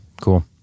Cool